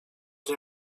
nie